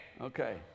Okay